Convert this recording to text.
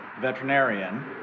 veterinarian